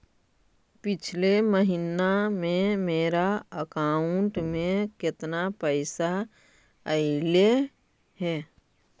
पिछले महिना में मेरा अकाउंट में केतना पैसा अइलेय हे?